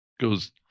goes